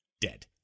dead